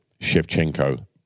Shevchenko